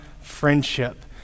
friendship